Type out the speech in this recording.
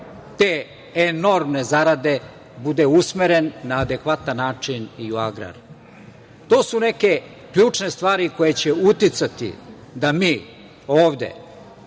te enormne zarade bude usmeren na adekvatan način i u agrar. To su neke ključne stvari koje će uticati da mi ovde